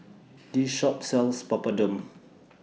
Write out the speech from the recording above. This Shop sells Papadum